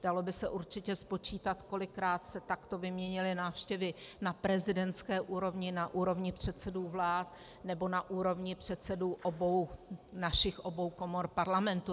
Dalo by se určitě spočítat, kolikrát se takto vyměnily návštěvy na prezidentské úrovni, na úrovni předsedů vlád nebo na úrovni předsedů obou našich komor Parlamentu.